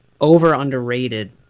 over-underrated